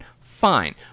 Fine